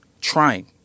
trying